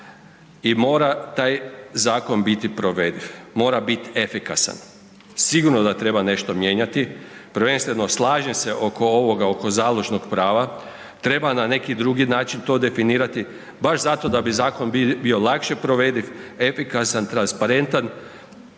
i mora taj zakon biti provediv, mora biti efikasan. Sigurno da treba nešto mijenjati, prvenstveno slažem se oko ovoga oko založnog prava, treba na neki drugi način to definirati baš zato da bi zakon bio lakše provediv, efikasan, transparentan,